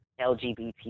LGBT